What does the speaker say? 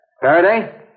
Faraday